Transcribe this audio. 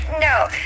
No